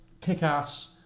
kick-ass